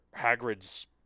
Hagrid's